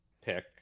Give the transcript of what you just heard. pick